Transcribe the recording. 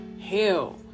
hell